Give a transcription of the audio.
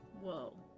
Whoa